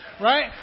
Right